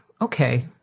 Okay